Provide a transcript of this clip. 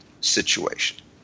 situation